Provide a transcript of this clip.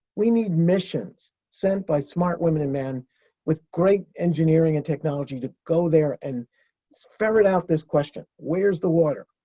we need missions sent by smart women and men with great engineering and technology to go there and ferret out this question where's the water?